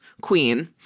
Queen